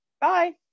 Bye